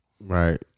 Right